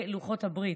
לוחות הברית.